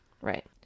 right